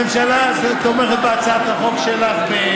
לא, הממשלה הזאת תומכת בהצעת החוק שלך.